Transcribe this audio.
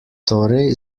torej